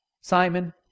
Simon